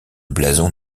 blason